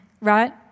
right